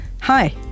Hi